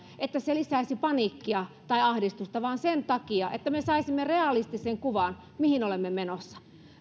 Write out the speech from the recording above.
että se lisäisi paniikkia tai ahdistusta vaan sen takia että me saisimme realistisen kuvan siitä mihin olemme menossa